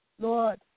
Lord